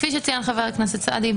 כפי שציין חבר הכנסת סעדי,